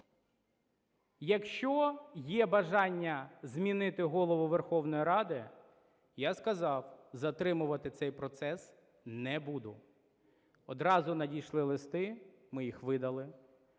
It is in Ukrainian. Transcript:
Якщо є бажання змінити Голову Верховної Ради, я сказав, затримувати цей процес не буду. Одразу надійшли листи, ми їх видали.